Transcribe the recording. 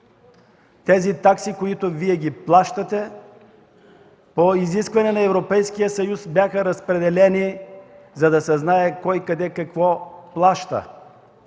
Таксите, които Вие плащате по изискване на Европейския съюз, бяха разпределени, за да се знае кой, къде, какво плаща.